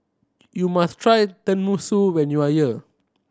you must try Tenmusu when you are here